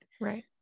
right